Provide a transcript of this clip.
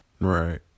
Right